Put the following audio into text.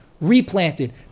replanted